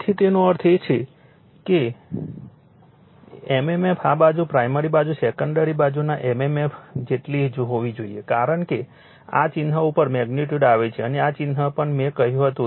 તેથી તેનો અર્થ એ છે કે mmf આ બાજુની પ્રાઇમરી બાજુ સેકન્ડરી બાજુના mmf જેટલી હોવી જોઈએ કારણ કે આ ચિહ્ન ઉપરની મેગ્નિટ્યુડ આવે છે અને આ ચિહ્ન પણ મેં કહ્યું હતું